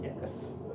Yes